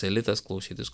elitas klausytis